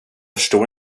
förstår